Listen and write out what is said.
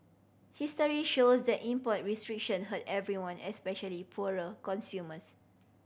history shows that import restriction hurt everyone especially poorer consumers